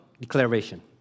declaration